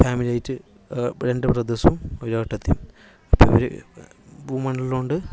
family ആയിട്ട് രണ്ട് ബ്രദേഴ്സും ഒരു ഏട്ടത്തിയും അപ്പം ഇവര് വുമൺ ഉള്ളത് കൊണ്ട്